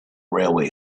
railway